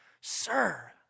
Sir